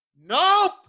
Nope